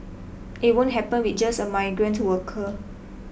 it won't happen with just a migrant worker